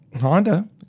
Honda